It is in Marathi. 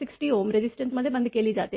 60 रेझिस्टरमध्ये बंद केली जाते